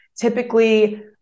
Typically